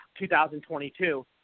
2022